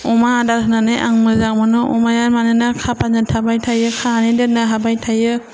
अमा आदार होनानै आं मोजां मोनो अमाया मानोना खाबानो थाबाय थायो खानानै दोननो हाबाय थायो